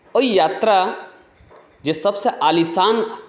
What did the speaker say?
ओहि यात्रा जे सभसँ आलिशान